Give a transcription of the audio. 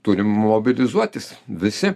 turim mobilizuotis visi